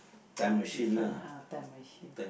what different ah time machine